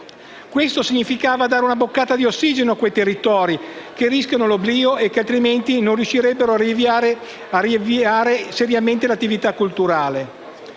Questo significa dare una boccata di ossigeno a quei territori che rischiano l'oblio e che altrimenti non riuscirebbero a riavviare seriamente l'attività colturale.